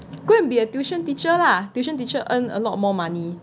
go and be a tuition teacher lah tuition teacher earn a lot more money